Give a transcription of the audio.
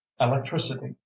electricity